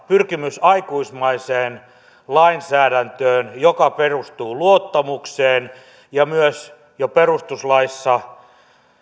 pyrkimys aikuismaiseen lainsäädäntöön joka perustuu luottamukseen ja myös jo perustuslaissa